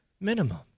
minimum